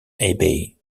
abbey